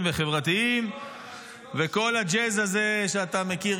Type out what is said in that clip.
וחברתיים וכל הג'אז הזה שאתה מכיר,